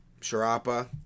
Sharapa